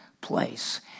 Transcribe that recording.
place